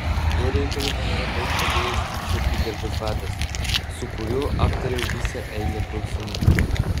tuo reikalu man yra daug padėjęs vyčio apygardos vadas su kuriuo aptariau visą eilę klausimų